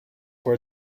for